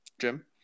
Jim